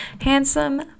handsome